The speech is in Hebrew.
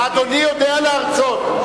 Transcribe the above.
ואדוני יודע להרצות.